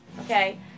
Okay